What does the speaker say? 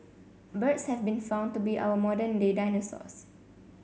birds have been found to be our modern day dinosaurs